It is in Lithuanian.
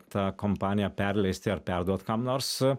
tą kompaniją perleisti ar perduot kam nors